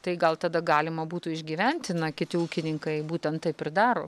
tai gal tada galima būtų išgyvent na kiti ūkininkai būtent taip ir daro